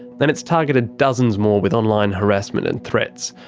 and it's targeted dozens more with online harassment and threats.